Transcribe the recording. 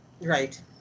Right